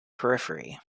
periphery